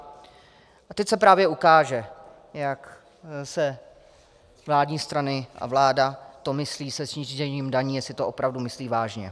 A teď se právě ukáže, jak vládní strany a vláda to myslí se snížením daní, jestli to opravdu myslí vážně.